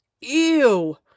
Ew